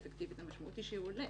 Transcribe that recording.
המשמעות היא שהוא עולה.